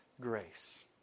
grace